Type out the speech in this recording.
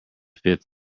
fifth